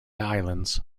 islands